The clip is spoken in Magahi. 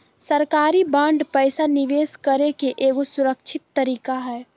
सरकारी बांड पैसा निवेश करे के एगो सुरक्षित तरीका हय